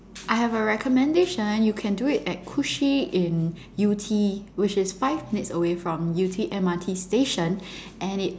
I have a recommendation you can do it at kushi in yew-tee which is five minutes away from yew-tee M_R_T station and it